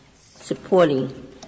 supporting